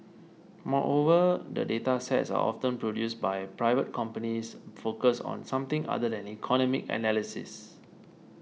moreover the data sets are often produced by private companies focused on something other than economic analysis